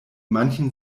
manchen